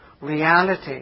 reality